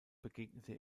begegnete